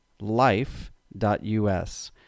life.us